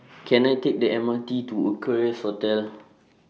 Can I Take The M R T to Equarius Hotel